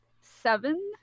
Seven